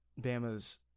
Bama's